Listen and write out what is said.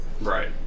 Right